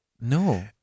No